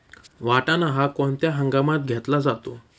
वाटाणा हा कोणत्या हंगामात घेतला जातो?